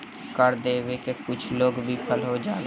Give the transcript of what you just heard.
कर देबे में कुछ लोग विफल हो जालन